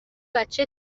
بچه